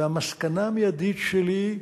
והמסקנה המיידית שלי,